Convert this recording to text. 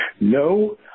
no